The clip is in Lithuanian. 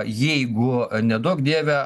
jeigu neduok dieve